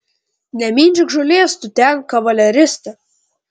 nemindžiok žolės tu ten kavaleriste